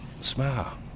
Smile